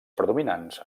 predominants